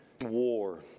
war